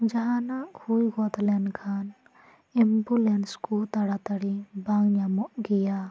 ᱡᱟᱦᱟᱸ ᱱᱟᱜ ᱦᱩᱭ ᱜᱚᱫᱞᱮᱱ ᱠᱷᱟᱱ ᱮᱢᱵᱩᱞᱮᱥ ᱠᱚ ᱛᱟᱲᱟᱛᱟᱹᱲᱤ ᱵᱟᱝ ᱧᱟᱢᱚᱜ ᱜᱮᱭᱟ